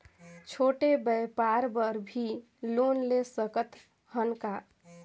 छोटे व्यापार बर भी लोन ले सकत हन का?